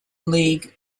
league